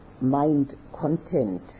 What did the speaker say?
mind-content